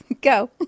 go